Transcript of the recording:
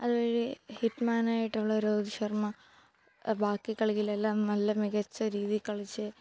അതുവഴി ഹിറ്റ്മാനായിട്ടുള്ള രോഹിത് ശർമ ബാക്കി കളിയിലെല്ലാം നല്ല മികച്ച രീതിയിൽ കളിച്ച്